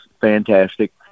fantastic